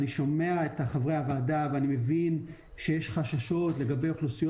אני שומע את חברי הוועדה ואני מבין שיש חששות לגבי אוכלוסיות